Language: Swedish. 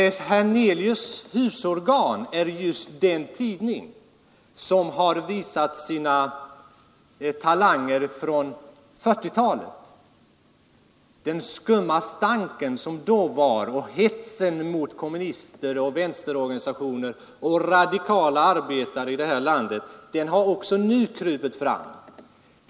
Herr Hernelius” husorgan är just den tidning som har visat sina talanger från 1940-talet. Den skumma stank som då fanns och hetsen mot kommunister, vänsterorganisationer och radikala arbetare i detta land har även nu krupit fram.